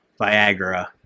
Viagra